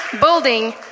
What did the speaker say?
building